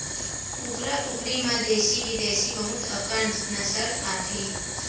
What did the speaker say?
कुकरा कुकरी म देसी बिदेसी बहुत अकन नसल आथे